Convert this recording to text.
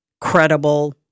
credible